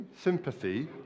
sympathy